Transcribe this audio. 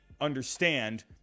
understand